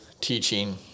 teaching